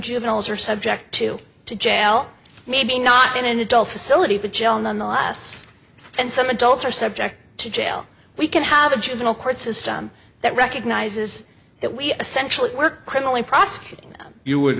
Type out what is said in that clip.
juveniles are subject to jail maybe not in an adult facility but gel nonetheless and some adults are subject to jail we can have a juvenile court system that recognizes that we essentially were criminally prosecuting you would